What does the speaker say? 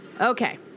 Okay